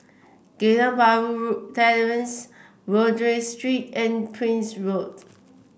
Geylang Bahru Terrace Rodyk Street and Prince Road